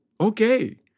okay